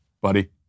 buddy